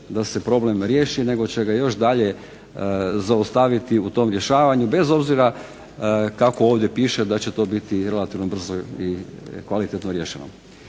da se problem riješi, nego će ga još dalje zaustaviti u tom rješavanju bez obzira kako ovdje piše da će to biti relativno brzo i kvalitetno riješeno.